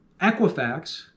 Equifax